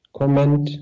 comment